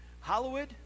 Hollywood